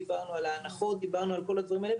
דיברנו על ההנחות ועל כל הדברים האלה,